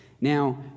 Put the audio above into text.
Now